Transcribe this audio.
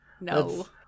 No